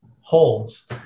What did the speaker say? holds